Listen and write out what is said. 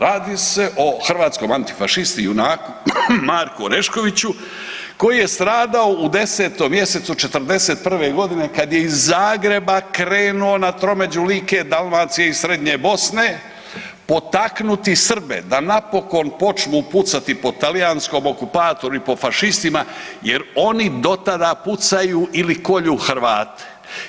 Radi se o hrvatskom antifašisti i junaku Marku Oreškoviću koji je stradao u 10. mj. '41. g. kad je iz Zagreba krenuo na tromeđu Like, Dalmacije i Srednje Bosne potaknuti Srbe da napokon počnu pucati po talijanskom okupatoru i po fašistima jer oni do tada pucaju ili kolju Hrvate.